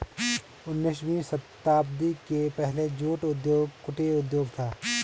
उन्नीसवीं शताब्दी के पहले जूट उद्योग कुटीर उद्योग था